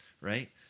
right